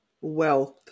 wealth